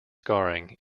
scarring